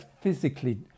physically